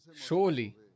surely